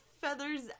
feathers